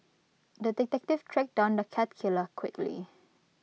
the detective tracked down the cat killer quickly